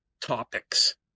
topics